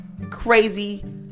crazy